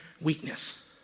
weakness